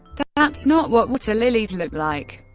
that's not what water lilies look like,